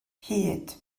hud